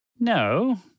No